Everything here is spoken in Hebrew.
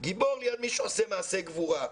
"גיבור" ליד מי שעושה מעשה גבורה.